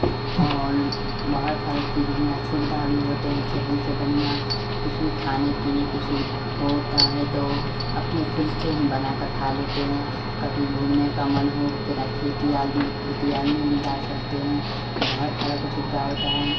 और बहुत सारे चीज़ यहाँ सुविधा भी होते हैं चैहेल से बन्हियां कुछ भी खाने पीने की सुविधा होता है तो अपने खुद ही बनाकर खा लेते हैं कभी घूमने का मन हो केना खेती और में खेती और में भी डाल सकते हैं बहुत सारा के सुविधा होता हैं